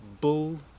bull